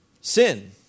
Sin